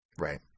Right